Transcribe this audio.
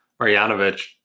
Marjanovic